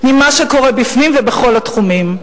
ממה שקורה בפנים, ובכל התחומים.